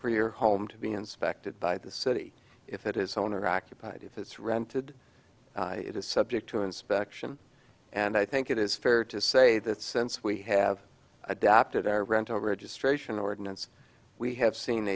for your home to be inspected by the city if it is owner occupied if it's rented it is subject to inspection and i think it is fair to say that since we have adopted our rental registration ordinance we have seen